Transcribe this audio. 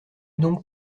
donc